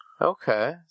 Okay